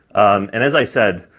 and as i said,